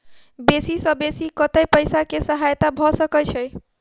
बेसी सऽ बेसी कतै पैसा केँ सहायता भऽ सकय छै?